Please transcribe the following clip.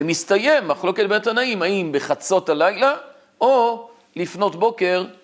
ומסתיים מחלוקת בית התנאים, האם בחצות הלילה, או לפנות בוקר.